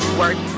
work